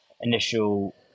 initial